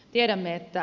tiedämme että